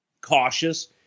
cautious